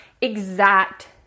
exact